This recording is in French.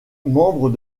membre